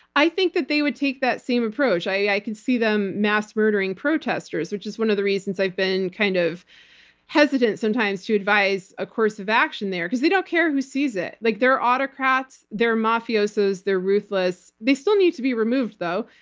i think that they would take that same approach. i can see them mass murdering protesters, which is one of the reasons i've been kind of hesitant sometimes to advise a course of action there, because they don't care who sees it. like they're autocrats, autocrats, they're mafiosos, they're ruthless. they still need to be removed, though.